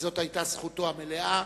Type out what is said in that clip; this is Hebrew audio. וזו היתה זכותו המלאה,